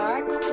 Dark